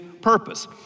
purpose